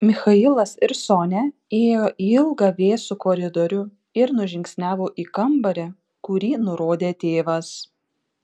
michailas ir sonia įėjo į ilgą vėsų koridorių ir nužingsniavo į kambarį kurį nurodė tėvas